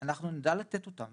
אנחנו נדע לתת אותם.